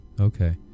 Okay